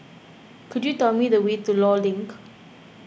could you tell me the way to Law Link